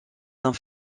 saint